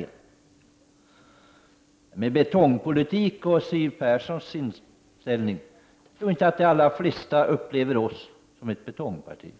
Beträffande betongpolitik och Siw Perssons inställning: Jag tror att de allra flesta inte upplever socialdemokraterna som ett betongparti.